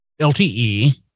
LTE